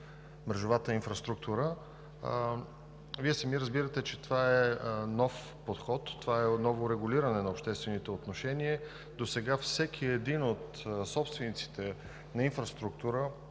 мрежовата инфраструктура. Вие сами разбирате, че това е нов подход, това е ново регулиране на обществените отношения. Досега всеки един от собствениците на инфраструктура,